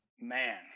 Man